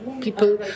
People